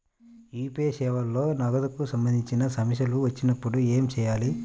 UPI సేవలలో నగదుకు సంబంధించిన సమస్యలు వచ్చినప్పుడు ఏమి చేయాలి?